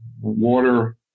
Water